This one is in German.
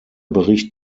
bericht